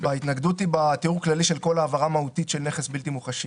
ההתנגדות היא בתיאור הכללי של כל העברה מהותית של נכס בלתי מוחשי.